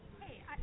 Hey